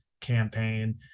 campaign